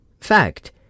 Fact